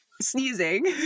sneezing